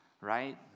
right